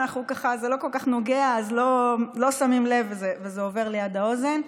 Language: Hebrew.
זה ככה לא כל כך נוגע אז לא שמים לב וזה עובר ליד האוזן.